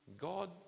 God